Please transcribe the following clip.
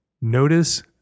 notice